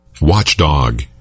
Watchdog